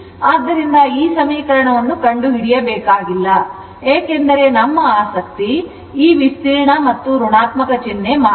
ಆದ್ದರಿಂದ ಈ ಸಮೀಕರಣವನ್ನು ಕಂಡುಹಿಡಿಯಬೇಕಾಗಿಲ್ಲ ಏಕೆಂದರೆ ನಮ್ಮ ಆಸಕ್ತಿ ಈ ವಿಸ್ತೀರ್ಣ ಮತ್ತು ಋಣಾತ್ಮಕ ಚಿಹ್ನೆ ಮಾತ್ರ